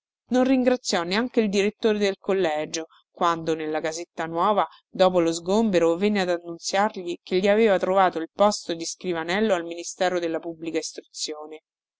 non ringraziò neanche il direttore del collegio quando nella casetta nuova dopo lo sgombero venne ad annunziargli che gli aveva trovato il posto di scrivanello al ministero della pubblica istruzione